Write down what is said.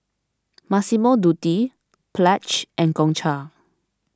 Massimo Dutti Pledge and Gongcha